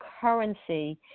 currency